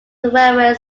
railway